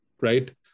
right